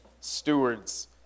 stewards